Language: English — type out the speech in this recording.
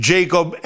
Jacob